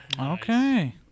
Okay